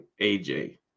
aj